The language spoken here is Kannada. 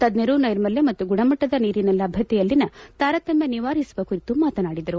ತಜ್ಞರು ನೈರ್ಮಲ್ಯ ಮತ್ತು ಗುಣಮಟ್ಟದ ನೀರಿನ ಲಭ್ಯತೆಯಲ್ಲಿನ ತಾರತಮ್ಯ ನಿವಾರಿಸುವ ಕುರಿತು ಮಾತನಾಡಿದರು